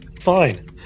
Fine